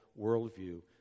worldview